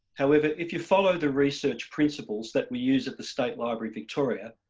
however, if you follow the research principles that we use at the state library victoria,